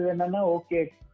okay